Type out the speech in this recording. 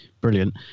Brilliant